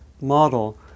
model